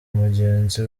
mugenzi